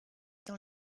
dans